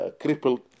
crippled